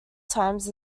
times